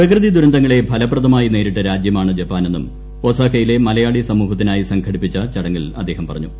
പ്രകൃതിദുരന്തങ്ങളെ ഫലപ്രദമായി നേരിട്ട രാജ്യമാണ് ജപ്പാനെന്നും ഒസാക്കയിലെ മലയാളി സമൂഹത്തിനായി സംഘടിപ്പിച്ച ചടങ്ങിൽ അദ്ദേഹം പറഞ്ഞു